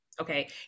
Okay